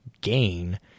gain